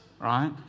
right